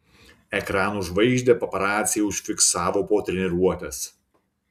ekranų žvaigždę paparaciai užfiksavo po treniruotės